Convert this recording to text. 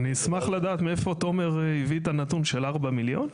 אני אשמח לדעת מאיפה תומר הביא את הנתון של 4 מיליון.